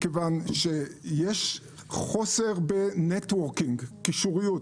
מכיוון שיש חוסר בנטוורקינג, קישוריות.